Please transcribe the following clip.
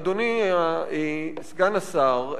אדוני סגן השר,